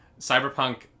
Cyberpunk